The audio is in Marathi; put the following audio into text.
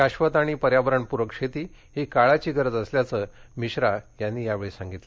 शाश्वत आणि पर्यावरणपुरक शेती ही काळाची गरज असल्याचं मिश्रा यांनी यावेळी सांगितलं